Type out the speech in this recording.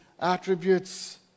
attributes